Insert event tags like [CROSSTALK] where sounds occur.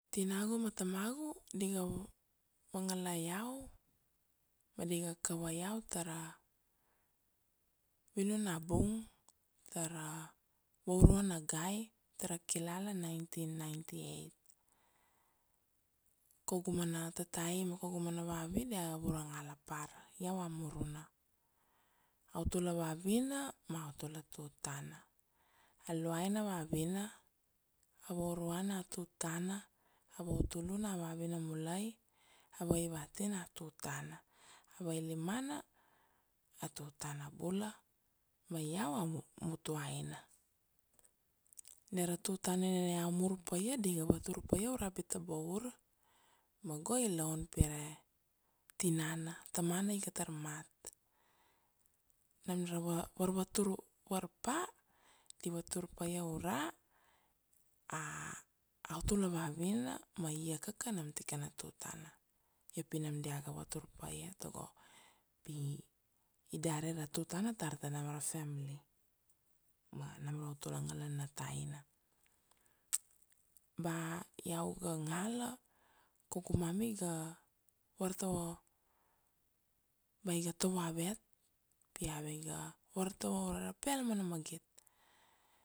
Tinagu ma tamagu di ga vangala iau ma di ga kava iau tara vinun na bung, tara vauruana gai, tara kilala nineteen ninety-eight. Kaugu mana tatai ma kaugu mana vavi dia ga vura ngala par, iau a muruna. Autula vavina ma autula tutana, aluina a vavina, avauruana a tutana, avautuluna a vavina mulai, avaivatina a tutana, availimana a tutana bula ma iau a mutuaina. Nina ra tutana nina iau mur pa ia di ga vatur pa ia ura Bitabaur ma go ilaun pire tinana, tamana iga tar mat. Nam ra varvatur varpa di vatur pa ia ura, [HESITATION] autula vavina ma ia kaka nam tikana tutana. Io pi nam dia ga vatur pa ia tago pi idari ra tutana tar ta nam ra family ma nam ra autula ngala na taina. Ba iau ga ngala, kaugu mummy iga vartovo, ba iga tovo avet pi ave ga vartovo ure ra peal mana magit.